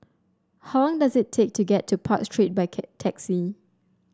how long does it take to get to Park Street by taxi